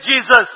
Jesus